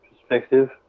perspective